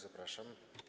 Zapraszam.